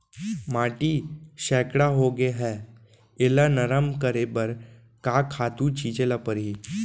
माटी सैकड़ा होगे है एला नरम करे बर का खातू छिंचे ल परहि?